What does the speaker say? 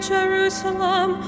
Jerusalem